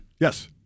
Yes